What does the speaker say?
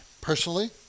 Personally